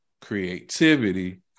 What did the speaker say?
creativity